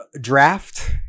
draft